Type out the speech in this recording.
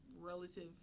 relative